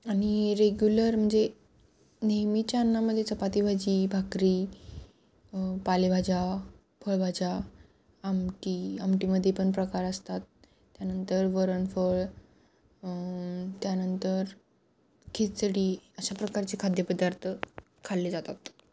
आणि रेग्युलर म्हणजे नेहमीच्या अन्नामध्ये चपाती भाजी भाकरी पालेभाज्या फळभाज्या आमटी आमटीमध्ये पण प्रकार असतात त्यानंतर वरणफळ त्यानंतर खिचडी अशा प्रकारचे खाद्यपदार्थ खाल्ले जातात